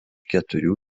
keturių